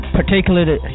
particularly